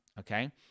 Okay